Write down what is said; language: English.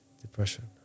depression